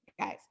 guys